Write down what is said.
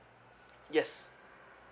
yes